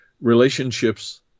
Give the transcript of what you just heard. relationships